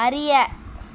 அறிய